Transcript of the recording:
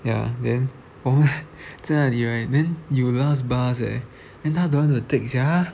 ya then 我们在那里 right then 有 last bus leh then 她 don't want to take sia